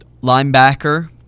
linebacker